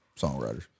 songwriters